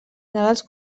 navals